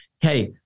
hey